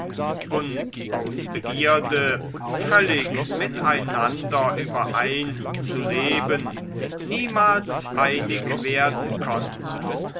und aus begierde völlig miteinander überein zu leben niemals einig werden konnten